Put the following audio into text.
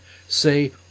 Say